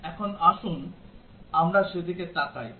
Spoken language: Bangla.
এখন আসুন আমরা সেদিকে তাকাই